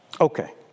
Okay